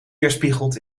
weerspiegeld